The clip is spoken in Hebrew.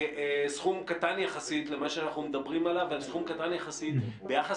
סכום קטן ביחס למה שאנחנו מדברים עליו וקטן יחסית ביחס